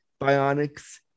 bionics